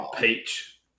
peach